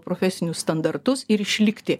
profesinius standartus ir išlikti